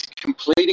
completing